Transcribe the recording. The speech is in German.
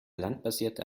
landbasierte